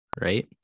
right